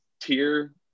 tier